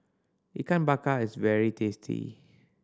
Ikan Bakar is very tasty